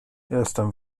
jestem